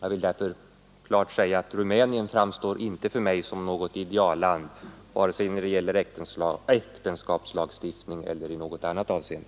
Jag vill emellertid klart säga att Rumänien för mig inte framstår som något idealland, vare sig i fråga om äktenskapslagstiftning eller i något annat avseende.